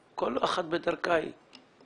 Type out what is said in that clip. אחת בדרכה היא.